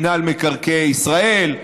מינהל מקרקעי ישראל,